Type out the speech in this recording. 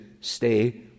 stay